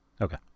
Okay